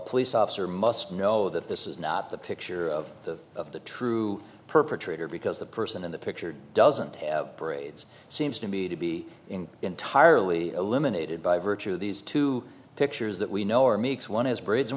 police officer must know that this is not the picture of the of the true perpetrator because the person in the picture doesn't have parades seems to be to be in entirely eliminated by virtue of these two pictures that we know or makes one as brits and